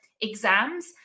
exams